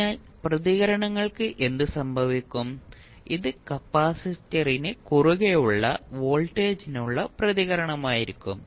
അതിനാൽ പ്രതികരണങ്ങൾക്ക് എന്ത് സംഭവിക്കും ഇത് കപ്പാസിറ്ററിന് കുറുകെയുള്ള വോൾട്ടേജിനുള്ള പ്രതികരണമായിരിക്കും